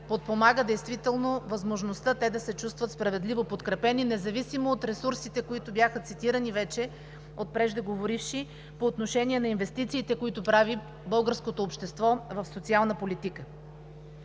подпомага действително възможността те да се чувстват справедливо подкрепени, независимо от ресурсите, които бяха цитирани вече от преждеговоривши по отношение на инвестициите, които прави българското общество в социалната политика.